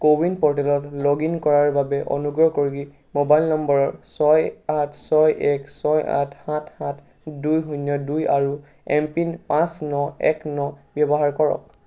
কো win প'ৰ্টেলত log in কৰাৰ বাবে অনুগ্ৰহ কৰি মোবাইল নম্বৰৰ ছয় আঠ ছয় এক ছয় আঠ সাত সাত দুই শূন্য দুই আৰু এমপিন পাঁচ ন এক ন ব্যৱহাৰ কৰক